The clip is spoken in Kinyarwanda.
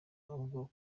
ubwo